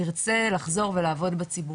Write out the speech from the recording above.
ירצה לחזור ולעבוד בציבורי.